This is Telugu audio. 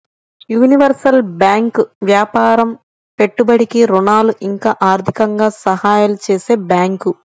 యూనివర్సల్ బ్యాంకు వ్యాపారం పెట్టుబడికి ఋణాలు ఇంకా ఆర్థికంగా సహాయాలు చేసే బ్యాంకు